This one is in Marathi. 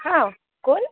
हां कोण